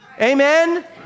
Amen